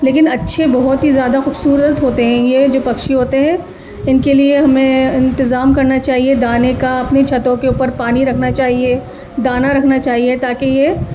لیکن اچھے بہت ہی زیادہ خوبصورت ہوتے ہیں یہ جو پکشی ہوتے ہیں ان کے لیے ہمیں انتظام کرنا چاہیے دانے کا اپنی چھتوں کے اوپر پانی رکھنا چاہیے دانہ رکھنا چاہیے تاکہ یہ